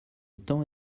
temps